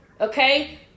Okay